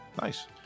Nice